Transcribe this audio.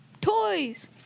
toys